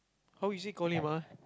how he say call him ah